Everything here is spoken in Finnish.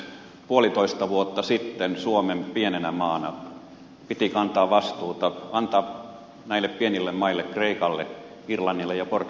puolitoista vuotta sitten suomen pienenä maana piti kantaa vastuuta antaa näille pienille maille kreikalle irlannille ja portugalille mahdollisuus